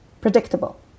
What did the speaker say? predictable